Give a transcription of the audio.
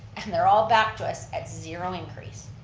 and they're all back to us at zero increase.